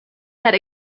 that